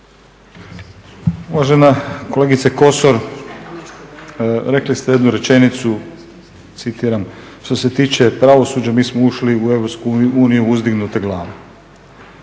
Uvažena kolegice Kosor, rekli ste jednu rečenicu, citiram: "što se tiče pravosuđa mi smo ušli u Europsku uniju uzdignute glave".